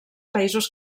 països